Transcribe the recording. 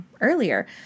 earlier